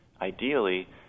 ideally